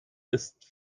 ist